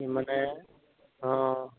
ଇମାନେ ହଁ